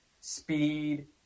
speed